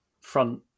front